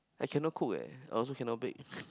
I cannot cook eh I also cannot bake